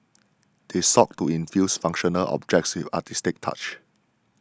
they sought to infuse functional objects with artistic touches